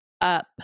up